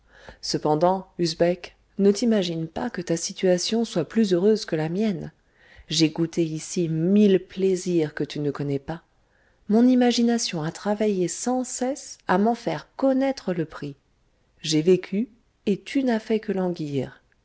cependant usbek ne t'imagine pas que ta situation soit plus heureuse que la mienne j'ai goûté ici mille plaisirs que tu ne connais pas mon imagination a travaillé sans cesse à m'en faire connoître le prix j'ai vécu et tu n'as fait que languir